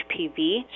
HPV